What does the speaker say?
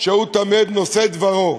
שהוא תמיד נושא דברו,